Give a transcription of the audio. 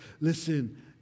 Listen